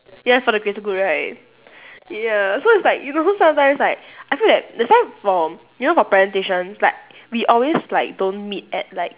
ya for the greater good right ya so it's like you know sometimes like I feel that that's why for you know for presentations like we always like don't meet at like